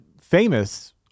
famous